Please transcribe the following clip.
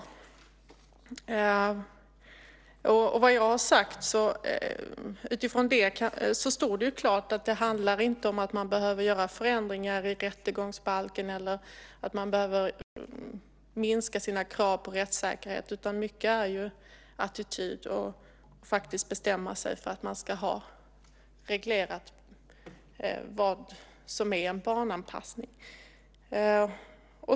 Utifrån det som jag har sagt står det klart att det inte handlar om att man behöver göra förändringar i rättegångsbalken eller att man behöver minska sina krav på rättssäkerhet, utan mycket handlar om attityder och att faktiskt bestämma sig för att man ska ha reglerat vad som är en barnanpassning.